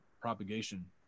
propagation